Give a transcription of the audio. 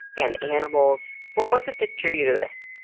and animals? what was it that drew you to this?